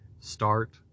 start